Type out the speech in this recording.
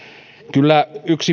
kyllä yksi